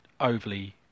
overly